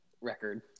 record